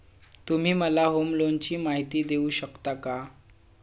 तुम्ही मला होम लोनची माहिती देऊ शकता का?